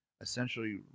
essentially